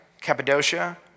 Cappadocia